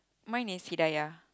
mine is Hidaya